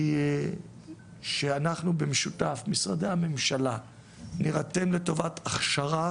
היא שאנחנו במשותף משרדי הממשלה נרתם לטובת הכשרה